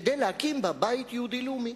כדי להקים בה בית יהודי לאומי.